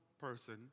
person